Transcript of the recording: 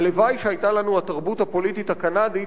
הלוואי שהיתה לנו התרבות הפוליטית הקנדית,